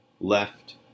left